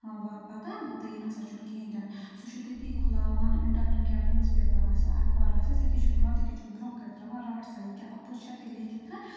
وا پَتاہ تہٕ یہِ نَسا چھُنہٕ کِہیٖنۍ تہِ نہٕ سُہ چھُ تٔتی کھُلاوان اِنٹَرنٮ۪ٹ یا نِوٕز پیپَر آسہِ ہا اَخبار آسہِ تٔتی چھُ کھُلاوان تٔتی چھُس برٛونٛہہ کَنہِ ترٛاوان رَٹ سا یہِ کیٛاہ اَپُز چھا تیٚلہِ لیٚکھِتھ